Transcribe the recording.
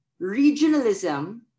Regionalism